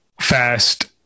fast